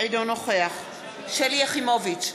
אינו נוכח שלי יחימוביץ,